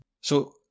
So-